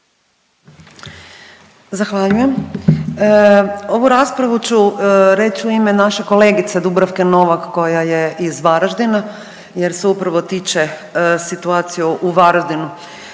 Zahvaljujem. Ovu raspravu ću reći u ime naše kolegice Dubravke Novak koja je iz Varaždina jer se upravo tiče situacije u Varaždinu,